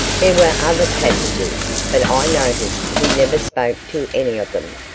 there were other passengers, but i noticed he never spoke to any of them,